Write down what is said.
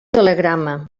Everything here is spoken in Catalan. telegrama